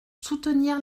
soutenir